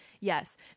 Yes